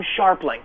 Sharpling